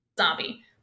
zombie